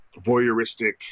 voyeuristic